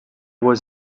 was